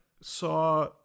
saw